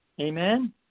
Amen